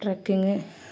trekking